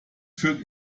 führt